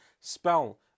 spell